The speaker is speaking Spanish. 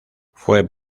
fue